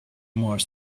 more